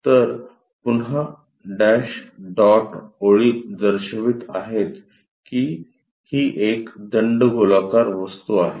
तर पुन्हा dash dot ओळी दर्शवित आहेत की ही एक दंडगोलाकार वस्तू आहे